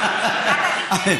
תיתן להם את הכסף, גם אתה לא.